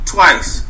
Twice